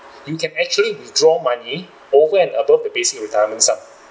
you can actually withdraw money over and above the basic retirement sum